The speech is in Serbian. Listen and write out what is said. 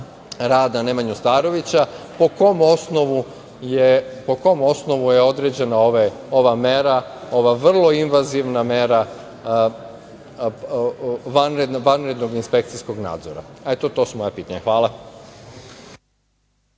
rada Nemanju Starovića, po kom osnovu je određena ova mera, vrlo ivazivna mera, vanrednog inspekcijskog nadzora i to su moja pitanja. Hvala.